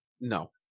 No